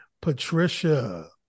Patricia